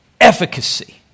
efficacy